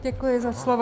Děkuji za slovo.